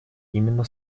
именно